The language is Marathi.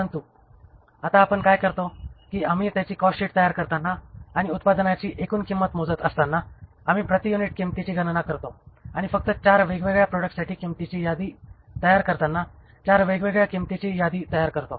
परंतु आता आपण काय करतो की आम्ही त्याची कॉस्टशीट तयार करताना आणि उत्पादनाची एकूण किंमत मोजत असताना आम्ही प्रति युनिट किंमतीची गणना करतो आणि फक्त चार वेगवेगळ्या प्रॉडक्ट्ससाठी किंमतीची यादी तयार करताना चार वेगवेगळ्या किंमतीची यादी तयार करतो